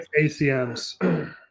acms